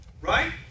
Right